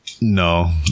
No